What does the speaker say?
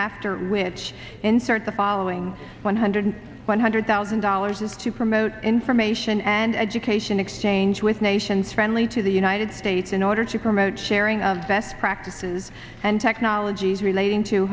after which insert the following one hundred one hundred thousand dollars and to promote information and education exchange with nations friendly to the united states in order to promote sharing of best practices and technologies relating to